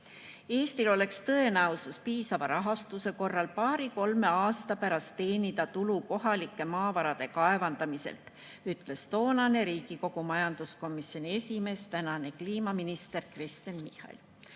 Eesti saaks piisava rahastuse korral tõenäoliselt paari-kolme aasta pärast teenida tulu kohalike maavarade kaevandamiselt, ütles toonane Riigikogu majanduskomisjoni esimees, tänane kliimaminister Kristen Michal